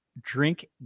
drink